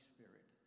Spirit